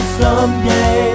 someday